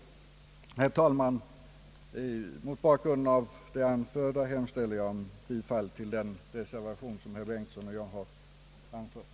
Herr talman! Mot bakgrund av det anförda hemställer jag om bifall till den reservation som herr Bengtson i Solna och jag har framfört.